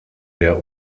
der